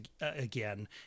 again